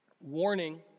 Warning